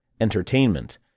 entertainment